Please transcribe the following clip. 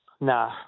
Nah